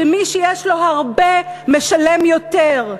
ומי שיש לו הרבה, משלם יותר.